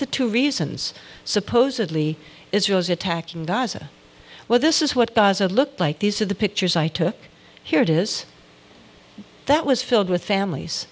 the two reasons supposedly israel's attack in gaza well this is what does it looked like these are the pictures i took here it is that was filled with families